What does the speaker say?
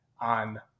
on